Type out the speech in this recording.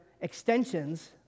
extensions